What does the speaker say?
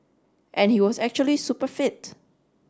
and he was actually super fit